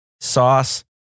sauce